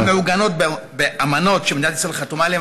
המעוגנות באמנות שמדינת ישראל חתומה עליהן.